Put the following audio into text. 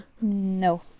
No